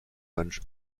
mönch